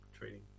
trading